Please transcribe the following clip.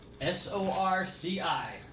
S-O-R-C-I